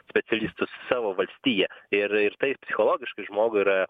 specialistus į savo valstiją ir ir tai psichologiškai žmogui yra